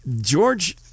George